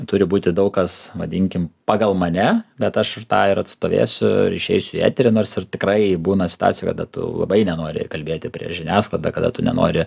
turi būti daug kas vadinkim pagal mane bet aš tą ir atstovėsiu ir išeisiu į eterį nors ir tikrai būna situacijų kada tu labai nenori kalbėti prieš žiniasklaidą kada tu nenori